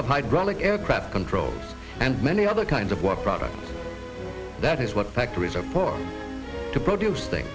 of hydraulic aircraft control and many other kinds of work product that is what factories are for to produce thing